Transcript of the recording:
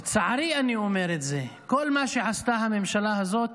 לצערי אני אומר את זה, כל מה שעשתה הממשלה הזאת,